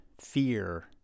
fear